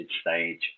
stage